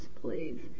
please